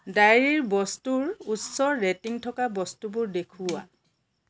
ডায়েৰীৰ বস্তুৰ উচ্চ ৰেটিং থকা বস্তুবোৰ দেখুওৱা